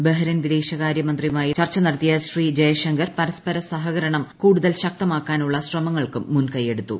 Bahrain വിദേശകാര്യ മന്ത്രിയുമായി ചർച്ച നടത്തിയ ശ്രീ ജയ്ശങ്കർ പരസ്പര സഹകരണം കൂടുതൽ ശക്തമാക്കാനുള്ള ശ്രമങ്ങൾക്കും മുൻകൈയ്യെടുത്തു